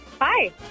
Hi